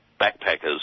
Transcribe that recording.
backpackers